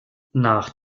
nach